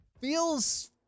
feels